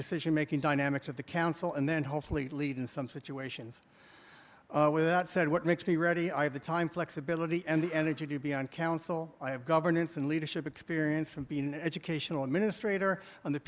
decisionmaking dynamics of the council and then hopefully lead in some situations with that said what makes me ready i have the time flexibility and the energy to be on council i have governance and leadership experience from being an educational administrator on the